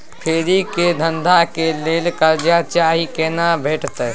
फेरी के धंधा के लेल कर्जा चाही केना भेटतै?